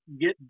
get